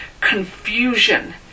Confusion